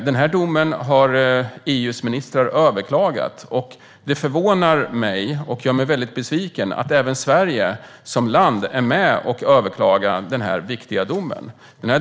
Den här domen har EU:s ministrar överklagat, och det förvånar mig och gör mig väldigt besviken att även Sverige som land är med och överklagar denna viktiga dom.